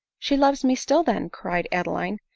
she loves me still. then! cried adeline,